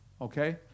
okay